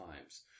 times